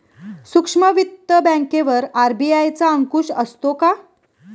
सूक्ष्म वित्त बँकेवर आर.बी.आय चा अंकुश असतो का?